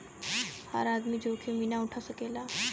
हर आदमी जोखिम ई ना उठा सकेला